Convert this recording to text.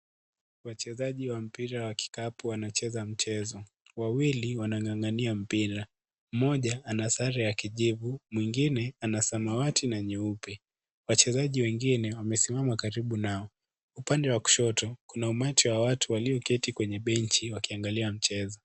Wachezaji wa mpira wa kikapu wanacheza mchezo. Wawili wanang'ang'ania mpira, mmoja anasare ya kijivu mwingine ana samawati na nyeupe. Wachezaji wengine wamesimama karibu nao. Upande wa kushoto kuna umati wa watu walioketi kwenye benchi wakiangalia mchezo.